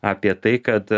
apie tai kad